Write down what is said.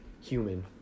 human